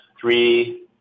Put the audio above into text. three